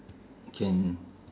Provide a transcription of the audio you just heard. can